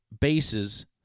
bases